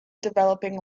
developing